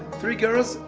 three girls.